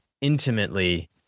intimately